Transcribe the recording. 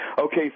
Okay